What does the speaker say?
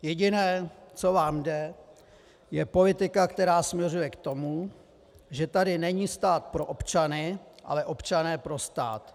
Jediné, co vám jde, je politika, která směřuje k tomu, že tady není stát pro občany, ale občané pro stát.